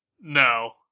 No